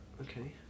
Okay